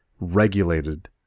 regulated